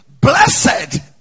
blessed